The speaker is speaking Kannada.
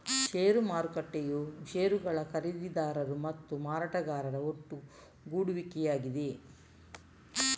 ಷೇರು ಮಾರುಕಟ್ಟೆಯು ಷೇರುಗಳ ಖರೀದಿದಾರರು ಮತ್ತು ಮಾರಾಟಗಾರರ ಒಟ್ಟುಗೂಡುವಿಕೆಯಾಗಿದೆ